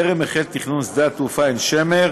טרם החל תכנון שדה-התעופה עין-שמר